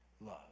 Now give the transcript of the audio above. love